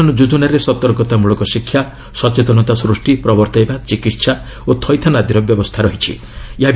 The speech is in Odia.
ଏହି କ୍ରିୟାନୁଷ୍ଠାନ ଯୋଜନାରେ ସତର୍କତାମଳକ ଶିକ୍ଷା ସଚେତନତା ସୂଷ୍ଟି ପ୍ରବର୍ତ୍ତାଇବା ଚିକିତ୍ସା ଓ ଥଇଥାନ ଆଦିର ବ୍ୟବସ୍ଥା ରହିଛି